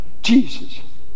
Jesus